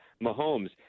Mahomes